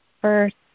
first